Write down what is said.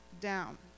down